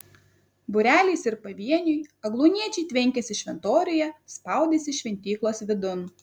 būreliais ir pavieniui agluoniečiai tvenkėsi šventoriuje spaudėsi šventyklos vidun